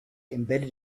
embedded